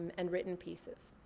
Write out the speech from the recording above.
and written pieces.